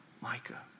Micah